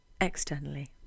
externally